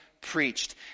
preached